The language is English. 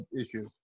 issue